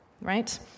right